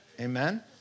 Amen